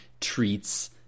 treats